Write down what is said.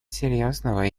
серьезного